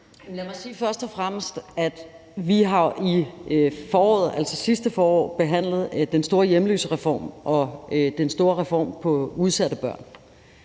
Lad mig først og fremmest sige, at vi jo sidste forår behandlede den store hjemløsereform og den store reform for udsatte børn.